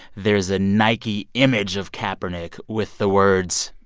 there's a nike image of kaepernick with the words,